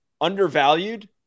undervalued